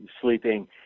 sleeping